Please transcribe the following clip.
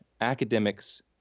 academics